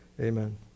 Amen